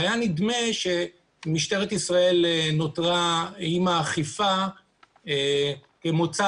היה נדמה שמשטרת ישראל נותרה עם האכיפה כמוצא